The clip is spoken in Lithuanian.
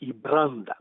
į brandą